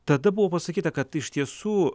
tada buvo pasakyta kad iš tiesų